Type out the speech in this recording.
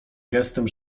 gestem